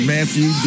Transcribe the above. Matthew